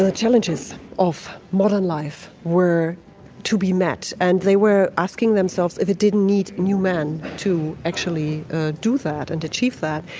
ah challenges of modern life were to be met. and they were asking themselves if it didn't need new man to actually do that and achieve that.